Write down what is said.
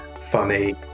funny